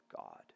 God